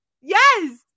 Yes